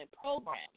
programs